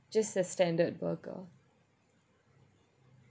just a standard burger